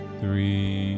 three